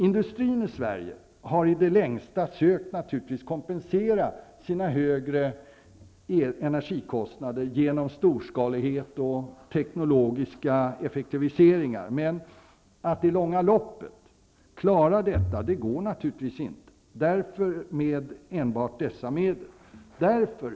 Industrin i Sverige har i det längsta sökt kompensera sina högre energikostnader genom storskalighet och teknologiska effektiviseringar, men det går naturligtvis inte att klara det med enbart dessa medel i det långa loppet.